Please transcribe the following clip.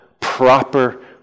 proper